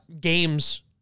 games